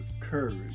courage